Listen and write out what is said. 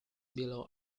below